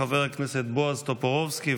חבר הכנסת בועז טופורובסקי,